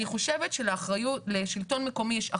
אני חושבת לשלטון מקומי יש אחריות,